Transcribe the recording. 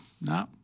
no